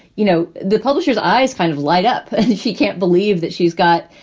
you know, the publishers eyes kind of light up. she can't believe that she's got,